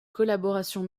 collaboration